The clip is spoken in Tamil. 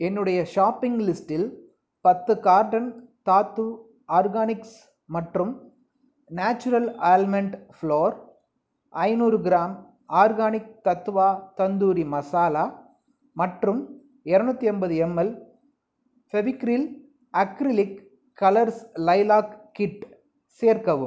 என்னுடைய ஷாப்பிங் லிஸ்ட்டில் பத்து கார்ட்டன் தாத்து ஆர்கானிக்ஸ் மற்றும் நாச்சுரல் ஆல்மண்ட் ஃப்ளோர் ஐநூறு கிராம் ஆர்கானிக் தத்வா தந்தூரி மசாலா மற்றும் இரநூத்தி ஐம்பது ml Fevicryl acrylic colours lilac kit சேர்க்கவும்